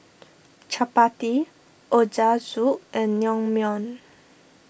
Chapati Ochazuke and Naengmyeon